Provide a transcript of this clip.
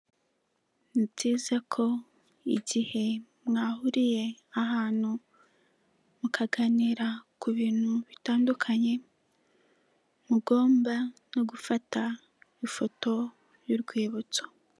Ni byiza ko igihe mwahuriye ahantu mukaganira ku bintu bitandukanye, mugomba no gufata ifoto y'urwibutso.